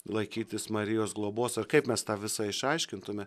laikytis marijos globos ar kaip mes tą visą išaiškintume